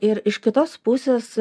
ir iš kitos pusės